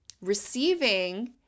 receiving